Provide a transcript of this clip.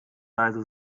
leise